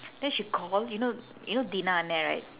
then she call you know you know dhina அண்ணன்:annan right